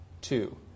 Two